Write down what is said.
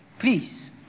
Please